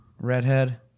Redhead